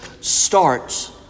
starts